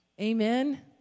Amen